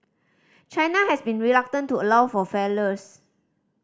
China has been reluctant to allow for failures